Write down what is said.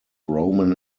roman